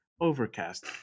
overcast